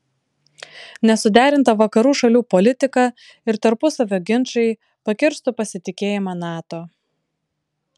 nesuderinta vakarų šalių politika ir tarpusavio ginčai pakirstų pasitikėjimą nato